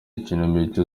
ikinamico